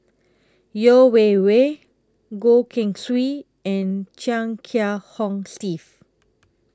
Yeo Wei Wei Goh Keng Swee and Chia Kiah Hong Steve